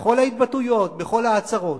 בכל ההתבטאויות, בכל העצרות.